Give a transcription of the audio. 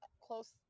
close